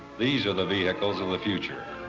these are the vehicles of the future.